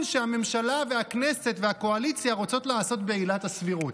שהממשלה והכנסת והקואליציה רוצות לעשות בעילת הסבירות.